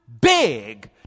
big